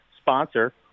sponsor